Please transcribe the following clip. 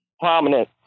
prominent